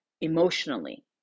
emotionally